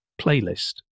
playlist